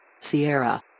Sierra